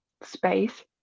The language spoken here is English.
space